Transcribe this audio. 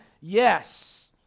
Yes